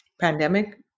Pandemic